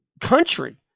country